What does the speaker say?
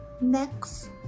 next